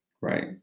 right